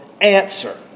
answer